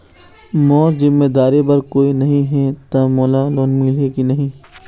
मोर जिम्मेदारी बर कोई नहीं हे त मोला लोन मिलही की नहीं?